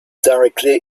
directly